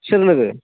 सोरनो